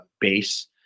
base